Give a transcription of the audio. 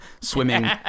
swimming